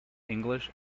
english